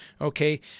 okay